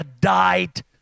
died